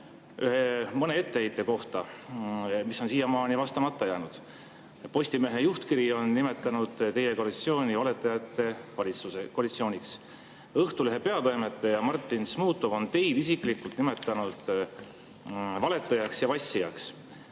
mõne etteheite kohta, mis on siiamaani vastamata jäänud. Postimehe juhtkiri on nimetanud teie koalitsiooni valetajate koalitsiooniks. Õhtulehe peatoimetaja Martin Šmutov on teid isiklikult nimetanud valetajaks ja vassijaks.